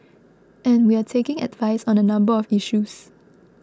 and we're taking advice on a number of issues